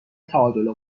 تعادل